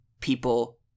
people